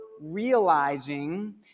realizing